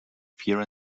fear